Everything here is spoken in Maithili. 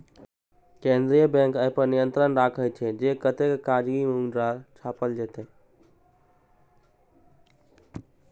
केंद्रीय बैंक अय पर नियंत्रण राखै छै, जे कतेक कागजी मुद्रा छापल जेतै